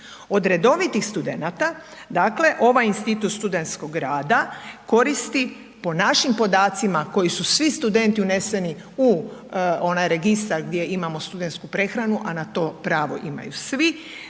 od redovitih studenata dakle ovaj institut studentskog rada koristi po našim podacima koji su svi studenti uneseni u onaj registar gdje imamo studentsku prehranu, a na to pravo imaju svi